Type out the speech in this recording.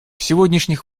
сегодняшних